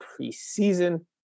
preseason